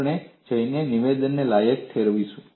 આપણે જઈને નિવેદનને લાયક ઠેરવીશું